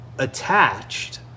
Attached